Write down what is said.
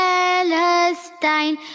Palestine